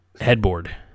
Headboard